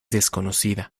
desconocida